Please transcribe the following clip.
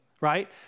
right